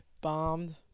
Bombed